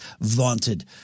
vaunted